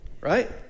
right